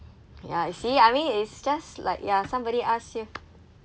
ya I see I mean it's just like ya somebody asked you